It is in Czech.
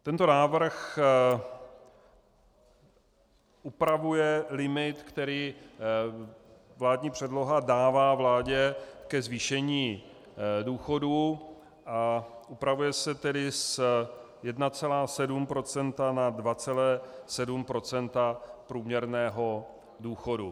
Tento návrh upravuje limit, který vládní předloha dává vládě ke zvýšení důchodů, a upravuje se tedy z 1,7 % na 2,7 % průměrného důchodu.